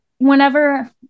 Whenever